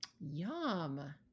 yum